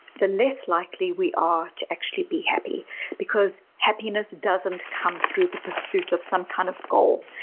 the less likely we are to actually be happy because happiness doesn't come through the pursuit of some kind of goal.